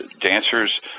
dancers